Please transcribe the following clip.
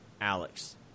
Alex